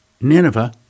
Nineveh